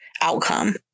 outcome